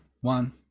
one